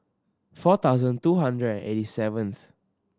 four thousand two hundred and eighty seventh